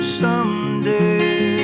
someday